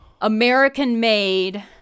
American-made